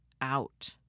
out